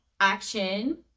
action